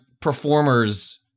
performers